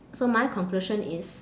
so my conclusion is